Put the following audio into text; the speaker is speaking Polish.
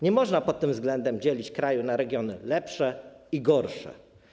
Nie można pod tym względem dzielić kraju na regiony lepsze i gorsze.